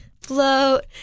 float